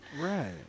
Right